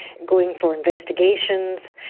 going for investigations.